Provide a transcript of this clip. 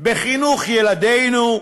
בחינוך ילדינו,